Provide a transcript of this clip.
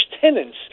tenants